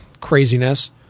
Craziness